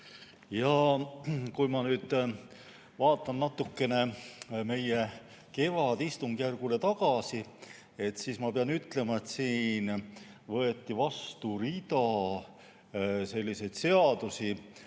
Kui ma nüüd vaatan natukene meie kevadistungjärgule tagasi, siis ma pean ütlema, et siin võeti vastu rida selliseid seadusi,